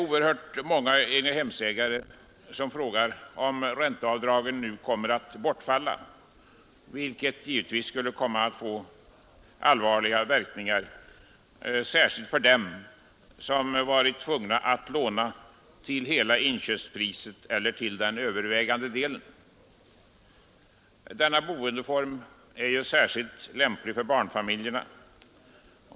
Oerhört många egnahemsägare undrar om ränteavdragen kommer att bortfalla, vilket givetvis skulle komma att få allvarliga verkningar, särskilt för dem som varit tvungna att låna till hela eller till den övervägande delen av inköpspriset. Denna boendeform är särskilt lämplig för barnfamiljer.